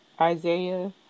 Isaiah